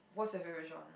what's your favorite genre